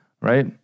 right